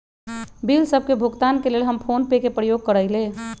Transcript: bill सभ के भुगतान के लेल हम फोनपे के प्रयोग करइले